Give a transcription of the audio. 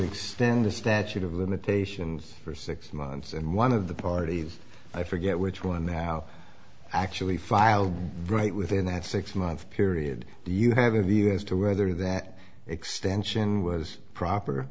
extend the statute of limitations for six months and one of the parties i forget which one now actually filed right within that six month period do you have a view as to whether that extension was proper